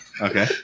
Okay